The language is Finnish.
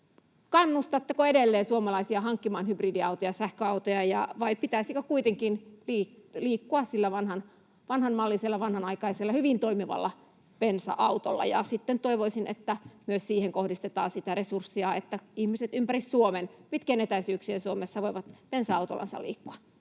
kannustatteko edelleen suomalaisia hankkimaan hybridiautoja ja sähköautoja, vai pitäisikö kuitenkin liikkua sillä vanhanmallisella, vanhanaikaisella, hyvin toimivalla bensa-autolla? Ja sitten toivoisin, että myös siihen kohdistetaan sitä resurssia, että ihmiset ympäri Suomen pitkien etäisyyksien Suomessa voivat bensa-autollansa liikkua.